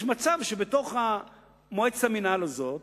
שיש מצב שבמועצת המינהל הזאת